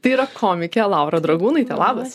tai yra komikė laura dragūnaitė labas